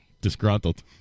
disgruntled